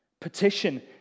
Petition